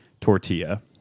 tortilla